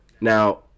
Now